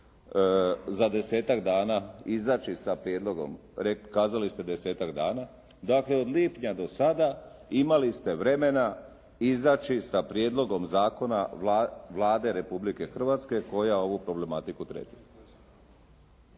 za 10-tak dana izaći sa prijedlogom. Kazali ste 10-tak dana. Dakle od lipnja do sada imali ste vremena izaći sa prijedlogom zakona Vlade Republike Hrvatske koja ovu problematiku tretira.